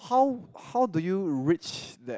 how how do you reach that